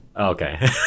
okay